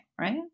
Right